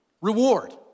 reward